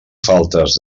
faltes